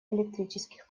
электрических